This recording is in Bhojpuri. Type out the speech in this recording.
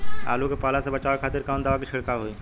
आलू के पाला से बचावे के खातिर कवन दवा के छिड़काव होई?